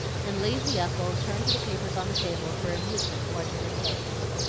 and lazy ethel turned to the papers on the table for amusement more to her taste.